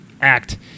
act